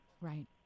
right